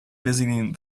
visiting